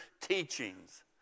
teachings